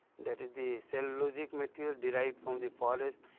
that is the cellulosic material derived from the forest,